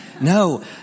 No